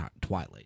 Twilight